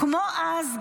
כמו אז,